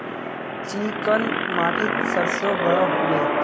Chicken माटित सरसों बढ़ो होबे?